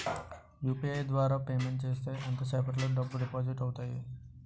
UPI ద్వారా payment చేస్తే ఎంత సేపటిలో డబ్బులు డిపాజిట్ అవుతాయి?